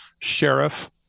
sheriff